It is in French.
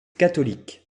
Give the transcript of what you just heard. catholique